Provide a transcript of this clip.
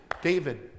David